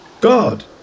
God